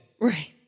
Right